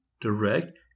direct